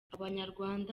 abanyarwanda